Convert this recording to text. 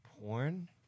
Porn